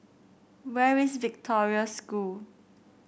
where is Victoria School